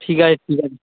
ঠিক আছে ঠিক আছে